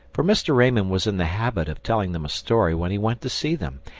for mr. raymond was in the habit of telling them a story when he went to see them,